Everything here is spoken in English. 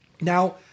Now